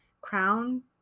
crown